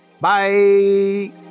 Bye